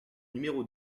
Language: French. numéro